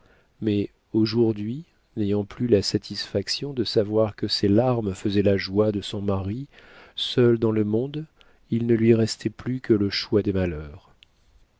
mais aujourd'hui n'ayant plus la satisfaction de savoir que ses larmes faisaient la joie de son mari seule dans le monde il ne lui restait plus que le choix des malheurs